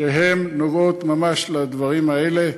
שנוגעות ממש לדברים האלה,